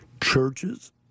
churches